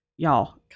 y'all